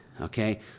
okay